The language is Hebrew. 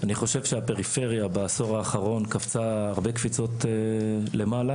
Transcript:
אני חושב שהפריפריה בעשור האחרון קפצה הרבה קפיצות למעלה,